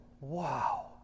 wow